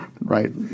Right